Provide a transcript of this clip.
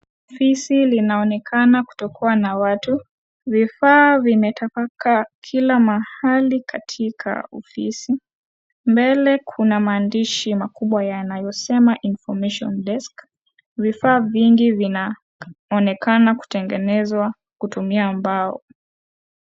Ofisi linaonekana kutokuwa na watu. Vifaa vimetapakaa kila mahali katika ofisi. Mbele, kuna maandishi makubwa yanayosema, information desk . Vifaa vingi vinaonekana kutengenezwa kutumia mbao.